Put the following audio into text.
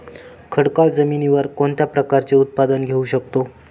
खडकाळ जमिनीवर कोणत्या प्रकारचे उत्पादन घेऊ शकतो?